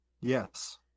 Yes